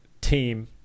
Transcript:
team